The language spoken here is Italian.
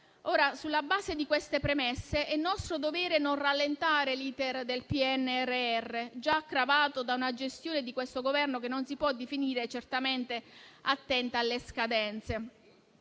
Sulla base di queste premesse, è nostro dovere non rallentare l'*iter* del PNRR, già gravato da una gestione di questo Governo che non si può definire certamente attenta alle scadenze.